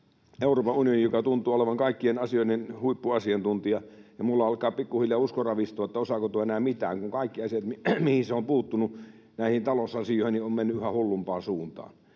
Euroopan unioni tuntuu olevan kaikkien asioiden huippuasiantuntija, ja minulla alkaa pikkuhiljaa usko ravistua, osaako tuo enää mitään, kun kaikki asiat, mihin se on puuttunut, näihin talousasioihin, ovat menneet yhä hullumpaan suuntaan.